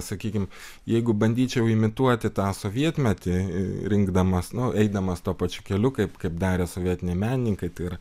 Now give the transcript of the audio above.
sakykim jeigu bandyčiau imituoti tą sovietmetį rinkdamas nu eidamas tuo pačiu keliu kaip kaip darė sovietiniai menininkai tai yra